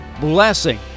blessing